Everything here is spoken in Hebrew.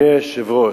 אדוני היושב-ראש,